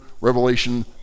Revelation